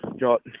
Got